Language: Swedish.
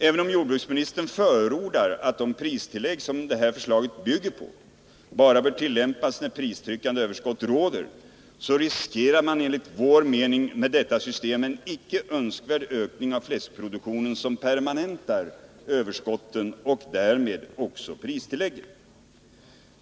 Även om jordbruksministern förordar att de pristillägg som detta förslag bygger på bör tillämpas bara när pristryckande överskott råder, så riskerar man med detta system enligt vår mening en icke önskvärd ökning av fläskproduktionen som permanentar överskotten och därmed också pristillläggen.